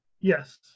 yes